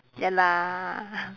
ya lah